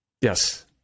Yes